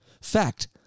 Fact